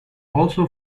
also